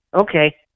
Okay